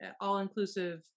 all-inclusive